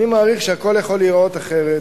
אני מעריך שהכול יכול להיות אחרת